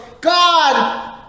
God